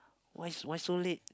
why s~ why so late